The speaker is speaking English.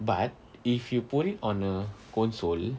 but if you put it on a console